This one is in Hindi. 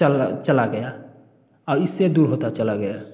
चला चला गया है और इससे दूर होता चला गया